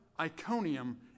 Iconium